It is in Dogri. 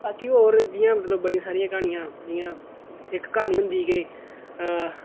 बाकी होर जि'यां मतलब बड़ियां सारियां क्हानियां जि'यां इक क्हानी होंदी के